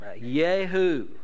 Yahoo